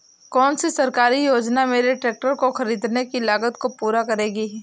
कौन सी सरकारी योजना मेरे ट्रैक्टर ख़रीदने की लागत को पूरा करेगी?